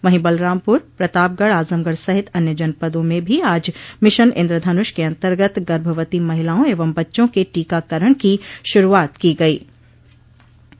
वहीं बलरामपुर प्रतापगढ़ आजमगढ़ सहित अन्य जनपदों में भी आज मिशन इन्द्रधनुष के अन्तर्गत गर्भवती महिलाओं एंव बच्चों के टीकाकरण की शुरूआत की गयी